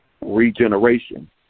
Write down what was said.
regeneration